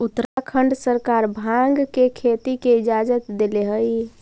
उत्तराखंड सरकार भाँग के खेती के इजाजत देले हइ